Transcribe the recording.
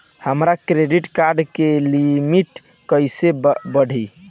हमार credit card के limit कइसे बढ़ी?